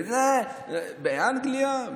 באנגליה,